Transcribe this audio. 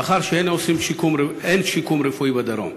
מאחר שאין שיקום רפואי בדרום.